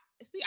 See